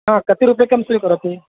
हा कति रूप्यकं स्वीकरोति